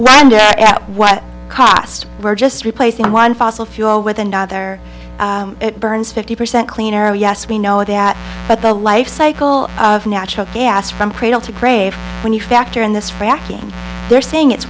wonder at what cost we're just replacing one fossil fuel with another it burns fifty percent cleaner oh yes we know that at the life cycle of natural gas from cradle to grave when you factor in this fracking there's saying it's